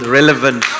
relevant